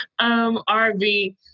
RV